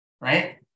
right